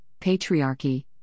patriarchy